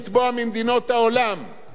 להתעסק בסנקציות כנגד אירן,